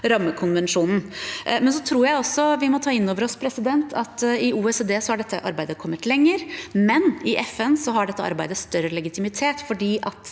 rammekonvensjonen. Jeg tror vi også må ta inn over oss at i OECD har dette arbeidet kommet lenger, men i FN har dette arbeidet større legitimitet fordi det